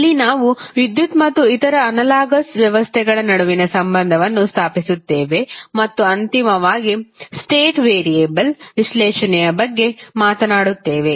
ಇಲ್ಲಿ ನಾವು ವಿದ್ಯುತ್ ಮತ್ತು ಇತರ ಅನಲಾಗಸ್ ವ್ಯವಸ್ಥೆಗಳ ನಡುವಿನ ಸಂಭಂದವನ್ನು ಸ್ಥಾಪಿಸುತ್ತೇವೆ ಮತ್ತು ಅಂತಿಮವಾಗಿ ಸ್ಟೇಟ್ ವೇರಿಯಬಲ್ ವಿಶ್ಲೇಷಣೆಯ ಬಗ್ಗೆ ಮಾತನಾಡುತ್ತೇವೆ